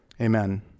Amen